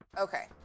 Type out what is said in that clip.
Okay